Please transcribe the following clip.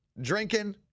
drinking